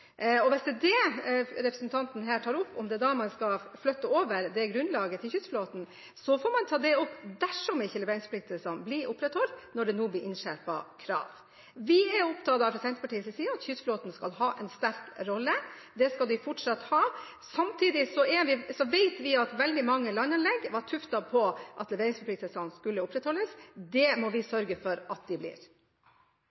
til. Hvis det er dette representanten her tar opp, at man da skal flytte grunnlaget over til kystflåten, får man ta det opp dersom leveringsforpliktelsene ikke blir opprettholdt – når kravene nå blir innskjerpet. Vi er fra Senterpartiets side opptatt av at kystflåten skal ha en sterk rolle. Det skal den fortsatt ha. Samtidig vet vi at veldig mange landanlegg var tuftet på at leveringsforpliktelsene skulle bli opprettholdt. Det må vi